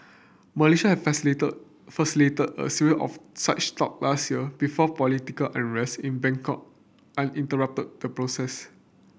Malaysia has facilitated a serie of such talk last year before political unrest in Bangkok on interrupted the process